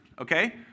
Okay